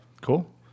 cool